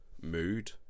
mood